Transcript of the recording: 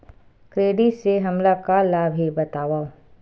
Credit से हमला का लाभ हे बतावव?